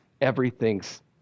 everything's